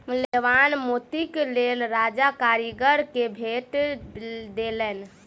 मूल्यवान मोतीक लेल राजा कारीगर के भेट देलैन